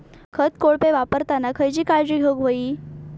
खत कोळपे वापरताना खयची काळजी घेऊक व्हयी?